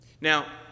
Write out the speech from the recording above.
Now